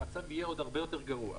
המצב יהיה עוד הרבה יותר גרוע.